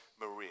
Maria